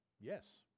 Yes